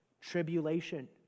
tribulation